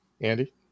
Andy